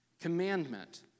Commandment